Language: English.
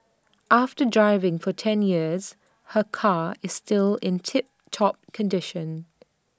after driving for ten years her car is still in tip top condition